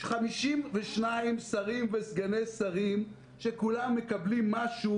52 שרים וסגני שרים שכולם מקבלים משהו